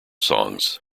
songs